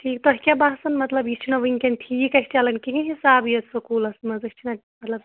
ٹھیٖک تۄہہِ کیٛاہ باسان مطلب یہِ چھُنا وٕنکٮ۪ن ٹھیٖک اَسہِ چَلان کِہیٖنۍ حِساب ییٚتہِ سکوٗلَس منٛز أسۍ چھِنا مطلب